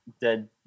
dead